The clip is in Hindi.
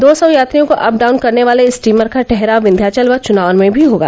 दो सौ यात्रियों को अप डाउन करने वाले स्टीमर का ठहराव विन्ध्याचल व चुनार में भी होगा